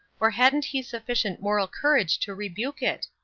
or hadn't he sufficient moral courage to rebuke it?